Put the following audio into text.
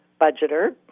budgeter